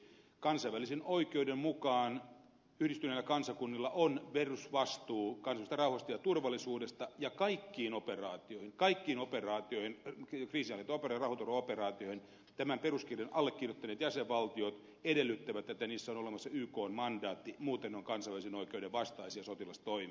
kansainvälisen oikeuden mukaan yhdistyneillä kansakunnilla on perusvastuu kansallisesta rauhasta ja turvallisuudesta ja kaikkiin operaatioihin kriisinhallintaoperaatioihin ja rauhanturvaoperaatioihin tämän peruskirjan allekirjoittaneet jäsenvaltiot edellyttävät ykn mandaattia muuten ne ovat kansainvälisen oikeuden vastaisia sotilastoimia